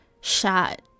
shot